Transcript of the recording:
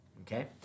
okay